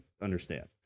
understand